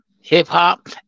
hip-hop